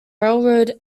railroad